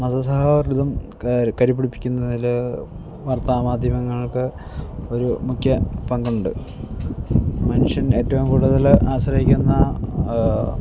മതസൗഹാർദ്ദം കരിപിടിപ്പിക്കുന്നതിൽ വർത്താമാധ്യമങ്ങൾക്ക് ഒരു മുഖ്യ പങ്കുണ്ട് മനുഷ്യൻ ഏറ്റവും കൂടുതൽ ആശ്രയിക്കുന്ന